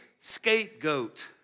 scapegoat